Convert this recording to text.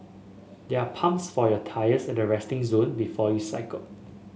there are pumps for your tyres at the resting zone before you cycle